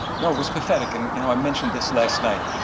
no, it was pathetic. and you know i mentioned this last night.